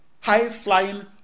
High-flying